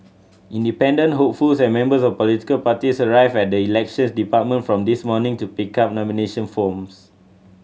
independent hopefuls and members of political parties arrived at the Elections Department from this morning to pick up nomination forms